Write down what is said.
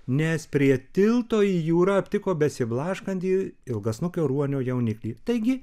nes prie tilto į jūrą aptiko besiblaškantį ilgasnukio ruonio jauniklį taigi